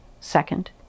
Second